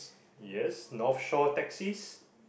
yes Northshore taxis